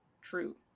True